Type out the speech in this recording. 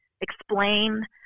explain